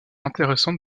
intéressante